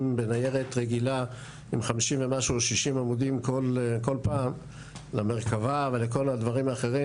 בניירת רגילה עם 50-60 עמודים כל פעם למרכבה ולכל הדברים האחרים,